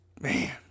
Man